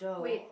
wait